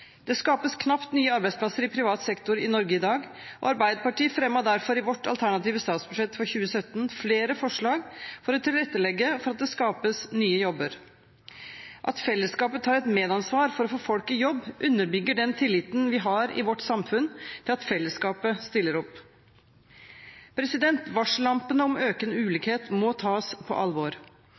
Det skapes knapt nye arbeidsplasser i privat sektor i Norge i dag, og Arbeiderpartiet fremmet derfor i vårt alternative statsbudsjett for 2017 flere forslag for å tilrettelegge for at det skapes nye jobber. At fellesskapet tar et medansvar for å få folk i jobb, underbygger den tilliten vi har i vårt samfunn til at fellesskapet stiller opp. Varsellampene om økende ulikhet må tas på alvor.